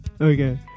Okay